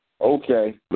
Okay